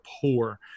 poor